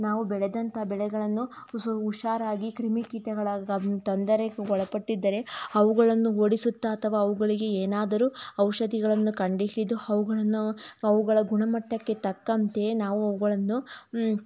ನಾವು ಬೆಳೆದಂತಹ ಬೆಳೆಗಳನ್ನು ಹುಷ ಹುಷಾರಾಗಿ ಕ್ರಿಮಿಕೀಟಗಳ ಗ ತೊಂದರೆಗೆ ಒಳಪಟ್ಟಿದ್ದರೆ ಅವುಗಳನ್ನು ಓಡಿಸುತ್ತಾ ಅಥವಾ ಅವುಗಳಿಗೆ ಏನಾದರೂ ಔಷಧಿಗಳನ್ನು ಕಂಡುಹಿಡಿದು ಅವುಗಳನ್ನು ಅವುಗಳ ಗುಣಮಟ್ಟಕ್ಕೆ ತಕ್ಕಂತೆಯೇ ನಾವು ಅವುಗಳನ್ನು